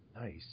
Nice